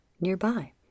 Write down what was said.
nearby